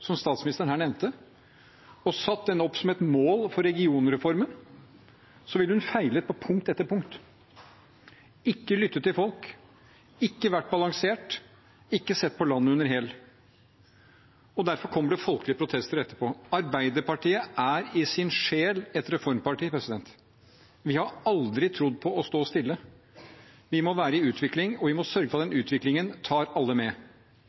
som statsministeren her nevnte, og hadde satt det opp som et mål for regionreformen, ville hun feilet på punkt etter punkt – har ikke lyttet til folk, ikke vært balansert, ikke sett landet som helhet. Derfor kommer det folkelige protester etterpå. Arbeiderpartiet er i sin sjel et reformparti. Vi har aldri trodd på å stå stille. Vi må være i utvikling, og vi må sørge for at den utviklingen tar alle med.